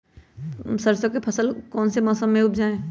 सरसों की फसल कौन से मौसम में उपजाए?